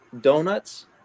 donuts